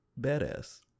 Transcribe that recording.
badass